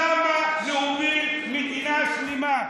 למה להוביל מדינה שלמה?